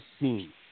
scene